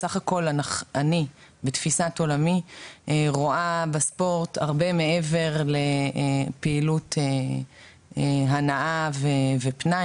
בסך הכול אני בתפיסת עולמי רואה בספורט הרבה מעבר לפעילות הנאה ופנאי,